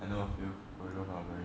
I know a few got girlfriend already